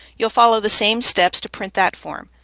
you'll follow the same steps to print that form.